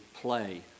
play